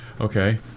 Okay